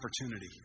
opportunity